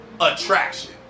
attraction